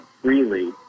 freely